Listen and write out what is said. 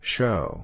Show